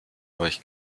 euch